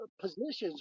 positions